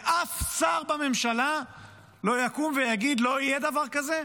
ואף שר בממשלה לא יקום ויגיד: לא יהיה דבר כזה?